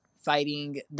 fighting